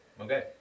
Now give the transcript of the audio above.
Okay